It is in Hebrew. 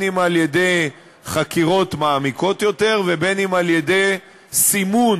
אם על-ידי חקירות מעמיקות יותר ואם על-ידי סימון